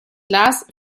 glas